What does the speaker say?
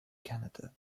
canada